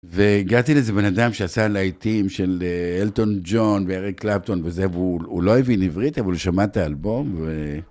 והגעתי לאיזה בן אדם שעשה להיטים של אלטון ג'ון ואריק קלפטון וזה, והוא, הוא לא הבין עברית אבל הוא שמע את האלבום ו...